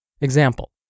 Example